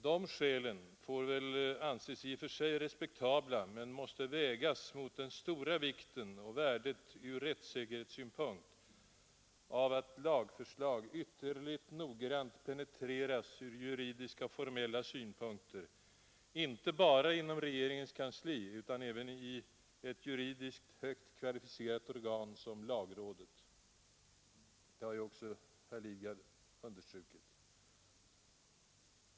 De skälen får i och för sig anses respektabla men måste noga vägas mot den stora vikten och värdet från rättssäkerhetssynpunkt av att lagförslag ytterligt noggrant penetreras från juridiska och formella synpunkter, inte bara inom regeringens kansli utan även i ett juridiskt högt kvalificerat organ som lagrådet. — Det har också herr Lidgard understrukit.